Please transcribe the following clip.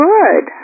Good